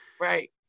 Right